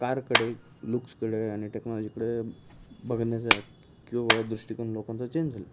कारकडे लुक्सकडे आणि टेक्नॉलॉजीकडे बघण्याचा किंवा दृष्टिकोन लोकांचा चेंज होईल